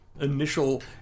initial